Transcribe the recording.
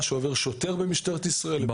שעובר שוטר במשטרת ישראל לבין הפקח.